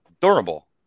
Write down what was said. Durable